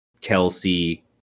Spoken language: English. Kelsey